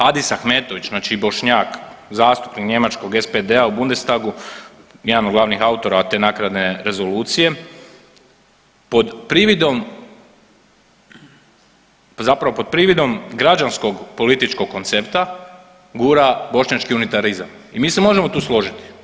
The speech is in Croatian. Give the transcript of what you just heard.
Adis Ahmetović znači Bošnjak, zastupnik njemačkog SPD-a u Bundestagu jedan od glavnih autora te nakaradne rezolucije pod prividom zapravo pod prividom građanskog političkog koncepta gura bošnjački unitarizam i mi se možemo tu složiti.